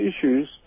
issues